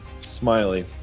Smiley